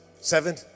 seven